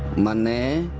money.